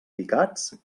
picats